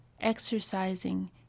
exercising